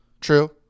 True